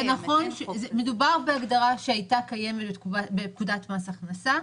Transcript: מדובר בהגדרה שהייתה קיימת בפקודת מס הכנסה.